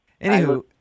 Anywho